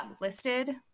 listed